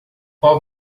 qual